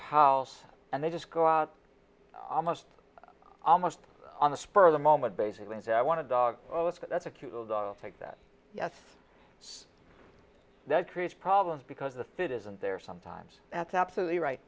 house and they just go out almost almost on the spur of the moment basically say i want to dog that's a cute little dog take that yes it's that creates problems because the fit isn't there sometimes that's absolutely right